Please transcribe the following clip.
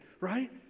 right